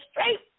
straight